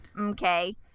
Okay